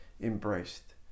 embraced